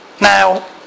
Now